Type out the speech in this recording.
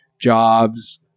jobs